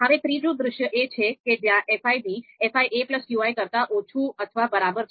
હવે ત્રીજું દૃશ્ય એ છે કે જ્યાં fi fiqi કરતાં ઓછું અથવા બરાબર છે